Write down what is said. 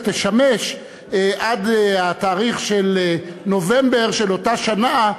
תשמש עד התאריך של נובמבר של אותה שנה,